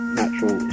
natural